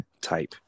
type